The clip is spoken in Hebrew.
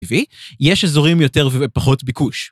טבעי, יש אזורים יותר ופחות ביקוש.